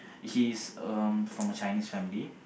he's um from a Chinese family